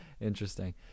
interesting